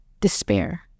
despair